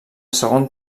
segon